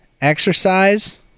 Exercise